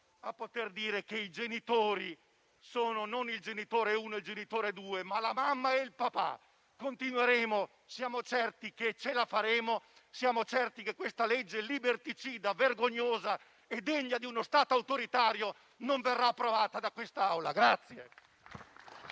a poter dire che i genitori non sono il genitore uno e il genitore due, ma la mamma e il papà. Continueremo, siamo certi che ce la faremo, siamo certi che questo testo liberticida, vergognoso e degno di uno Stato autoritario non verrà approvato da quest'Assemblea.